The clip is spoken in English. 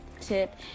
tip